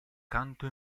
canto